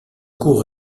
cour